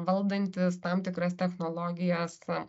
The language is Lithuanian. valdantis tam tikras technologijas